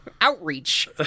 Outreach